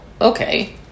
okay